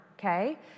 Okay